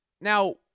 Now